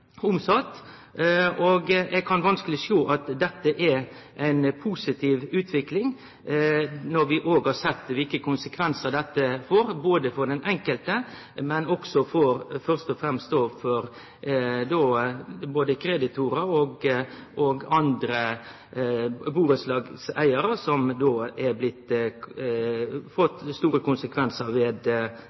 omsett. Eg kan vanskeleg sjå at dette er ei positiv utvikling når vi har sett kva konsekvensar dette får, både for den enkelte og også for kreditorar og andre burettslagseigarar. Dei har det fått store konsekvensar for ved